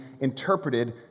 interpreted